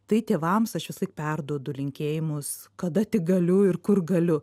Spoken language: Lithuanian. tai tėvams aš visąlaik perduodu linkėjimus kada tik galiu ir kur galiu